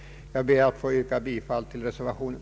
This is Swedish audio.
Jag ber att få yrka bifall till reservationen.